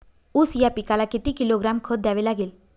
ऊस या पिकाला किती किलोग्रॅम खत द्यावे लागेल?